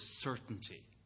certainty